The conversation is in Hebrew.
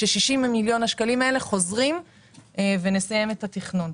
ש-60 מיליון השקלים האלה חוזרים ונסיים את התכנון.